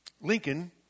Lincoln